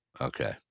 Okay